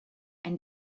and